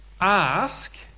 Ask